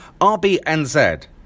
RBNZ